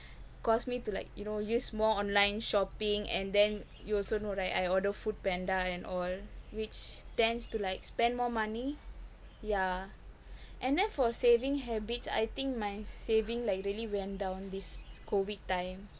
cause me to like you know use more online shopping and then you also know right I order foodpanda and all which tends to like spend more money yeah and then for saving habits I think my saving like really went down this COVID time